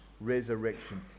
resurrection